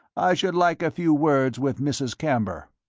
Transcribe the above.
i should like a few words with mrs. camber.